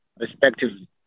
respectively